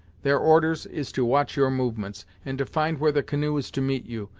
their orders is to watch your movements, and to find where the canoe is to meet you,